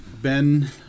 Ben